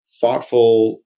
thoughtful